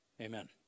Amen